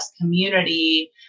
community